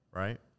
right